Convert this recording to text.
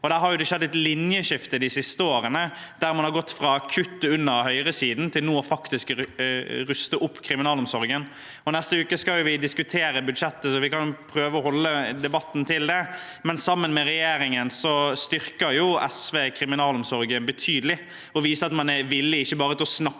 Der har det skjedd et linjeskifte de siste årene, der man har gått fra å kutte under høyresiden til nå faktisk å ruste opp kriminalomsorgen. Neste uke skal vi diskutere budsjettet, så vi kan prøve å holde debatten til det, men sammen med regjeringen styrker SV kriminalomsorgen betydelig og viser at man er villig til ikke bare å snakke